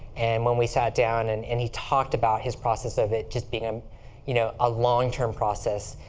and when we sat down and and he talked about his process of it just being um you know a long-term process.